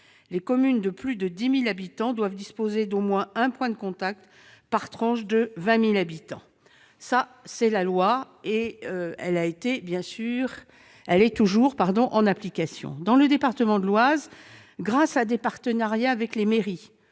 Les communes de plus de 10 000 habitants doivent disposer d'au moins un point de contact par tranche de 20 000 habitants. Telle est la loi, qui est toujours en application. Dans le département de l'Oise, grâce, vous le savez très bien,